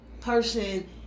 person